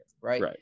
Right